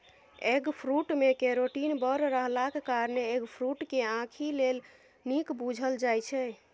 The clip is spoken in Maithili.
एगफ्रुट मे केरोटीन बड़ रहलाक कारणेँ एगफ्रुट केँ आंखि लेल नीक बुझल जाइ छै